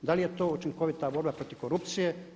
Da li je to učinkovita borba protiv korupcije?